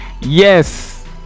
yes